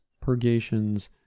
purgations